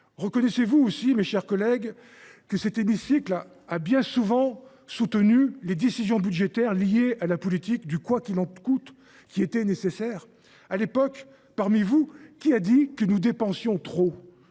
Reconnaissez aussi, mes chers collègues, que cet hémicycle a bien souvent soutenu les décisions budgétaires liées à la politique du « quoi qu’il en coûte », qui était nécessaire. À l’époque, parmi vous, qui a dit que nous dépensions trop ?